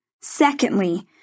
Secondly